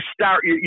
start